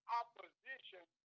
opposition